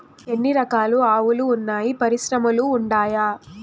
ఎన్ని రకాలు ఆవులు వున్నాయి పరిశ్రమలు ఉండాయా?